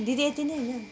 दिदी यति नै होइन